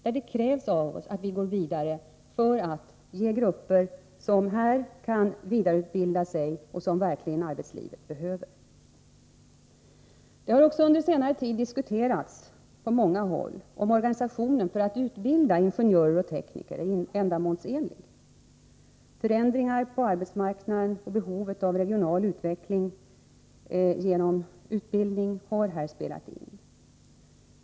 Där krävs det av oss att vi går vidare för att ge möjlighet åt de grupper som här vill vidareutbilda sig och som arbetslivet verkligen behöver. Det har under senare tid på många håll diskuterats om organisationen för att utbilda ingenjörer och tekniker är ändamålsenlig. Förändringar på arbetsmarknaden och behovet av regional utveckling genom utbildning har spelat in.